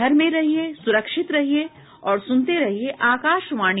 घर में रहिये सुरक्षित रहिये और सुनते रहिये आकाशवाणी